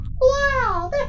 Wow